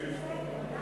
ניצול יחסי מרות או